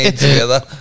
together